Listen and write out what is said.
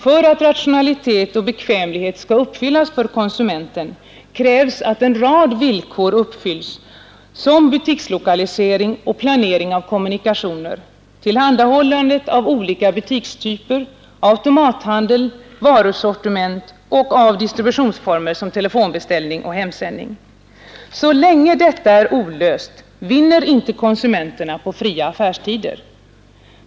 För att rationalitet och bekvämlighet skall uppfyllas för konsumenten krävs att en rad villkor uppfylls som butikslokalisering och planering av kommunikationer, tillhandahållandet av olika butikstyper, automathandel, varusortiment och distributionsformer som telefonbeställning och hemsändning. Så länge detta inte är gjort vinner inte konsumenterna på fria affärstider.